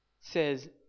says